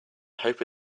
hope